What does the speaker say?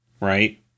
right